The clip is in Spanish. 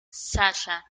sasha